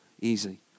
easy